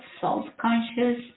self-conscious